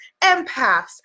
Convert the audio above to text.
empaths